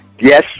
yes